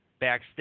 backstage